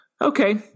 okay